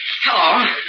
Hello